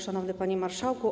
Szanowny Panie Marszałku!